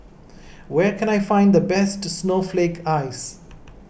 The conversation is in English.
where can I find the best Snowflake Ice